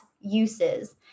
uses